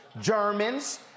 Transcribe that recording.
Germans